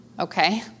Okay